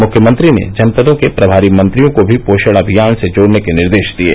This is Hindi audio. मुख्यमंत्री ने जनपदों के प्रमारी मंत्रियों को भी पोषण अभियान से जोड़ने के निर्देश दिये